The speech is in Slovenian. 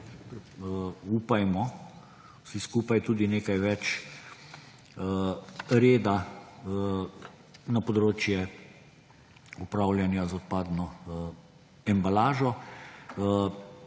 upajmo vsi skupaj, tudi nekaj več reda na področje upravljanja z odpadno embalažo.